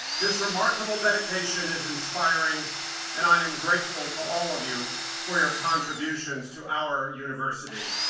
this remarkable dedication is inspiring and i am grateful to all of you for your contributions to our university.